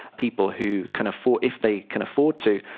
people who can afford, if they can afford to,